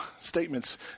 statements